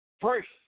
First